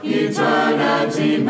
eternity